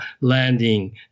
landing